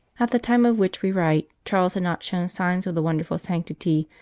at the time of which we write charles had not shown signs of the wonderful sanctity,